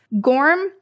Gorm